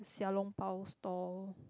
Xiao-Long-Bao stall